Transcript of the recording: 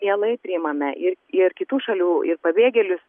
mielai priimame ir ir kitų šalių ir pabėgėlius